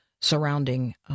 surrounding